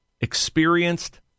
experienced